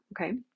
Okay